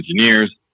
Engineers